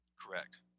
Correct